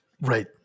Right